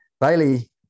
Bailey